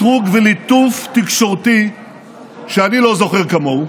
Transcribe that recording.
עם אתרוג וליטוף תקשורתי שאני לא זוכר כמוהו,